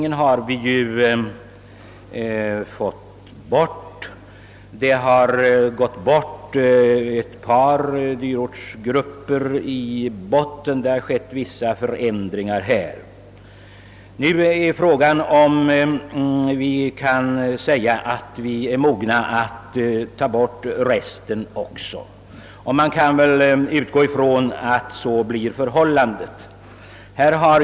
Vi har fått bort skattegrupperingen, och ett par dyrortsgrupper i botten har avskaffats. Frågan är nu, om vi är mogna att ta bort resten också. Man kan nog utgå ifrån att så blir fallet.